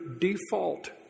default